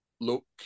look